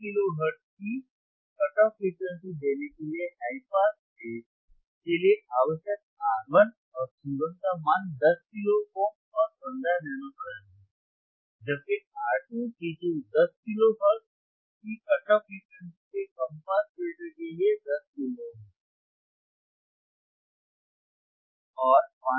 1 kilo hertz की cut off frequency देने के लिए हाई पास स्टेज के लिए आवश्यक R1 और C1 का मान 10 किलो ओम और 15 नैनो फैराड है जबकि R2 C2 30 किलो हर्ट्ज की कट ऑफ फ्रीक्वेंसी के कम पास फिल्टर के लिए 10 किलो ओम है